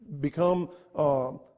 become